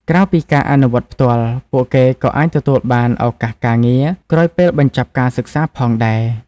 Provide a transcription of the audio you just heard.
ក្រៅពីការអនុវត្តផ្ទាល់ ពួកគេក៏អាចទទួលបាន ឱកាសការងារ ក្រោយពេលបញ្ចប់ការសិក្សាផងដែរ។